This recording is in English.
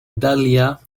dahlia